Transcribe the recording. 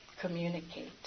communicate